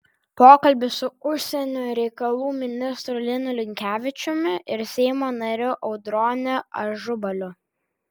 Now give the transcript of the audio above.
pokalbis su užsienio reikalų ministru linu linkevičiumi ir seimo nariu audroniu ažubaliu